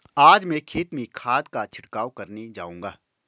आज मैं खेत में खाद का छिड़काव करने जाऊंगा